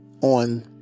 on